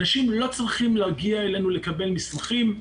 אנשים לא צריכים להגיע אלינו לקבל מסמכים,